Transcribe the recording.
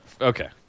Okay